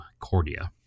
Cordia